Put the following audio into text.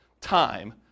time